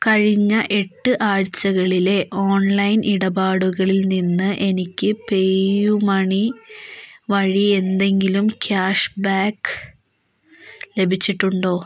കഴിഞ്ഞ എട്ട് ആഴ്ചകളിലെ ഓൺലൈൻ ഇടപാടുകളിൽ നിന്ന് എനിക്ക് പേ യു മണി വഴി എന്തെങ്കിലും ക്യാഷ്ബാക്ക് ലഭിച്ചിട്ടുണ്ടോ